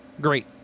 Great